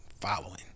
following